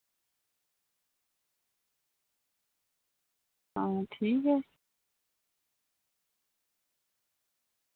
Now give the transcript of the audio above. हां ठीक ऐ